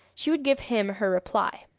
she would give him her reply.